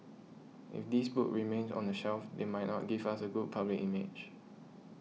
if these books remains on the shelf they might not give us a good public image